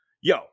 Yo